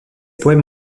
poèmes